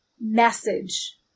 message